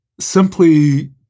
simply